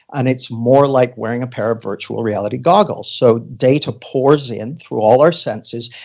and it's more like wearing a pair of virtual reality goggles. so data pores in through all our senses.